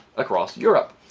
across europe